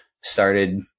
started